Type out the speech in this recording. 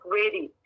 ready